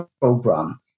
program